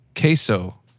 queso